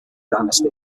dynasty